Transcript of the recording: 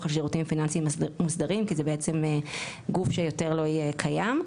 על שירותים פיננסים מוסדרים כי זה בעצם גוף שיותר לא יהיה קיים,